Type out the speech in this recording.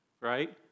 right